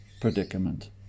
predicament